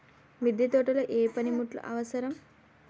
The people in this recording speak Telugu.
మిద్దె తోటలో ఏ పనిముట్లు అవసరం?